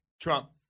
Trump